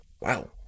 Wow